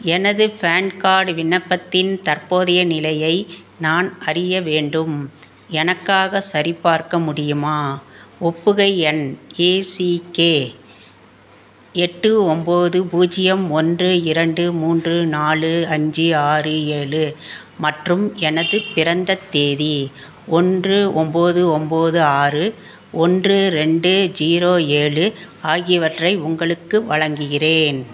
எனது PAN card விண்ணப்பத்தின் தற்போதைய நிலையை நான் அறிய வேண்டும் எனக்காக சரிபார்க்க முடியுமா ஒப்புகை எண் ஏசிகே எட்டு ஒன்போது பூஜ்ஜியம் ஒன்று இரண்டு மூன்று நாலு அஞ்சு ஆறு ஏழு மற்றும் எனது பிறந்தத் தேதி ஒன்று ஒன்போது ஒன்போது ஆறு ஒன்று ரெண்டு ஜீரோ ஏழு ஆகியவற்றை உங்களுக்கு வழங்குகிறேன்